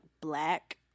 black